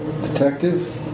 Detective